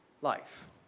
life